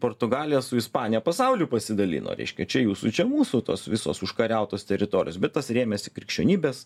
portugalija su ispanija pasauliu pasidalino reiškia čia jūsų čia mūsų tos visos užkariautos teritorijos bet tas rėmėsi krikščionybės